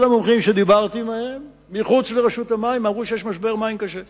כל המומחים שדיברתי עמהם מחוץ לרשות המים אמרו שיש משבר מים קשה.